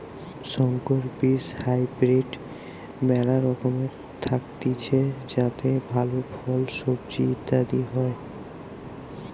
সংকর বীজ হাইব্রিড মেলা রকমের থাকতিছে যাতে ভালো ফল, সবজি ইত্যাদি হয়